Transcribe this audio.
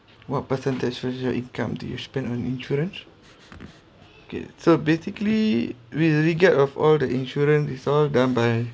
what percentage of your income do you spend on insurance okay so basically we usually get of all the insurance is all done by